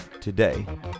today